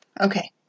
Okay